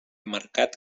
marcat